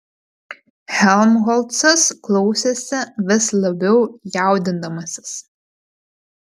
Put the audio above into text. helmholcas klausėsi vis labiau jaudindamasis